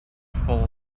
full